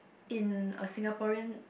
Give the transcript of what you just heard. in a Singaporean